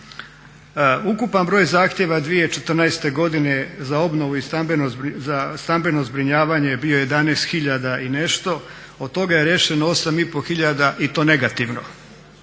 Ukupan broj zahtjeva 2014.godine za obnovu i stambeno zbrinjavanje bio je 11 tisuća i nešto, od toga je riješeno 8.500 i to negativno,